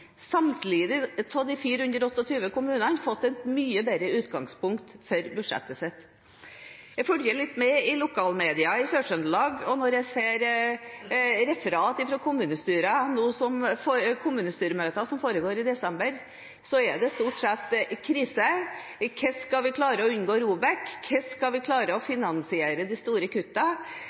samtlige av de 428 kommunene fått et mye bedre utgangspunkt for budsjettet sitt. Jeg følger litt med i lokalmediene i Sør-Trøndelag, og når jeg ser referater fra kommunestyremøter som foregår i desember, er det stort sett krise. Hvordan skal de prøve å unngå ROBEK? Hvordan skal de klare å finansiere de store